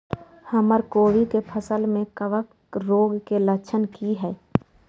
हमर कोबी के फसल में कवक रोग के लक्षण की हय?